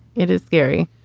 it is scary.